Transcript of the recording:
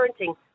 parenting